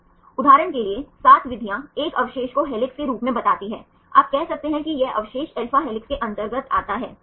उदाहरण के लिए 7 विधियां एक अवशेष को हेलिक्स के रूप में बताती हैं आप कह सकते हैं कि यह अवशेष alpha हेलिक्स के अंतर्गत आता है